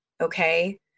Okay